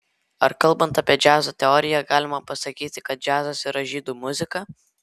ar kalbant apie džiazo teoriją galima pasakyti kad džiazas yra žydų muzika